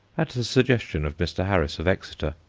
at the suggestion of mr. harris of exeter,